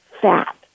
fat